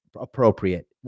appropriate